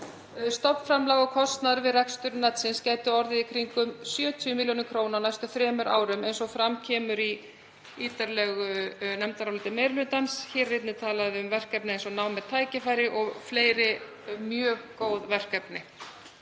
Stofnframlag og kostnaður við rekstur netsins gæti orðið í kringum 70 millj. kr. á næstu þremur árum eins og fram kemur í ítarlegu nefndaráliti meiri hlutans. Hér er einnig talað um verkefni eins og Nám er tækifæri og fleiri mjög góð verkefni.